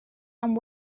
and